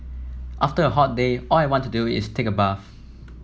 after a hot day all I want to do is take a bath